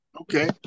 Okay